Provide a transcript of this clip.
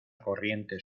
corriente